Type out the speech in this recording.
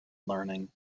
learning